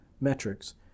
metrics